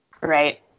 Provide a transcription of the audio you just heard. right